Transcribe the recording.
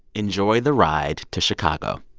enjoy the ride to chicago.